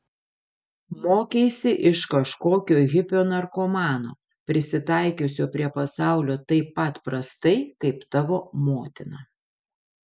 mokeisi iš kažkokio hipio narkomano prisitaikiusio prie pasaulio taip pat prastai kaip tavo motina